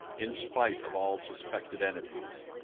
in spite of all suspected enemies.